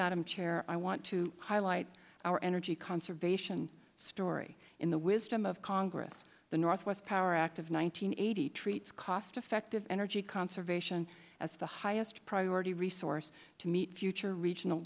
madam chair i want to highlight our energy conservation story in the wisdom of congress the northwest power act of one thousand nine hundred eighty treats cost effective energy conservation as the highest priority resource to meet future regional